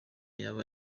yaba